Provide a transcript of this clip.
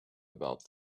about